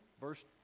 verse